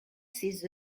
ses